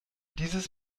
dieses